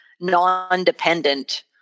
non-dependent